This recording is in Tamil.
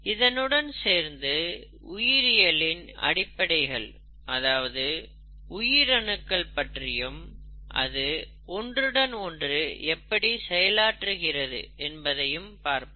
இதனுடன் சேர்த்து உயிரியலின் அடிப்படைகள் அதாவது உயிரணுக்கள் பற்றியும் அது ஒன்றுடன் ஒன்று எப்படி செயலாற்றுகிறது என்பதையும் பார்ப்போம்